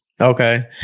okay